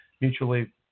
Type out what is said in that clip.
mutually